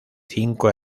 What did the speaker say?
cinco